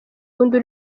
wundi